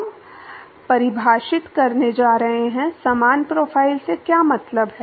हम परिभाषित करने जा रहे हैं समान प्रोफ़ाइल से क्या मतलब है